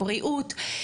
הבריאות,